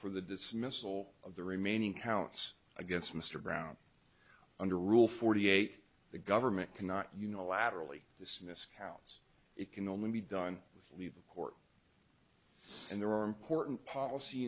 for the dismissal of the remaining counts against mr brown under rule forty eight the government cannot unilaterally dismiss counts it can only be done with leave the court and there are important policy